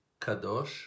Kadosh